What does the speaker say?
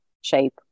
shape